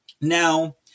Now